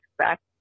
expect